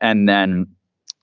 and then